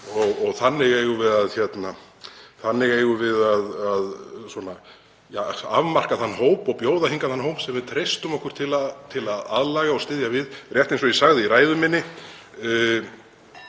Þannig eigum við að afmarka þann hóp og bjóða hingað þeim hóp sem við treystum okkur til að aðlaga og styðja við. Rétt eins og ég sagði í ræðu minni